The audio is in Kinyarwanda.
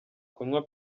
kunywa